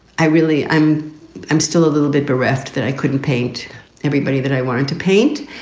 i really i'm i'm still a little bit bereft that i couldn't paint everybody that i wanted to paint.